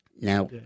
Now